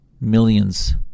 millions